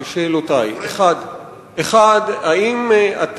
שאלותי: 1. האם אתה